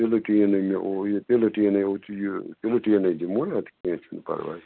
تیٖلہٕ ٹیٖنَے اوے تیٖلہٕ ٹیٖنَے ہُہ چھُ یہِ تیٖلہٕ ٹیٖنے دِمو اَدٕ کیٚنٛہہ چھُنہٕ پرواے